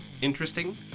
interesting